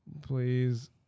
Please